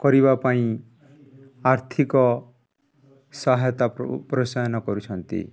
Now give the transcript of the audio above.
କରିବା ପାଇଁ ଆର୍ଥିକ ସହାୟତା ପ୍ରୋତ୍ସାହନ କରୁଛନ୍ତି